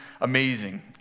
amazing